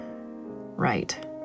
right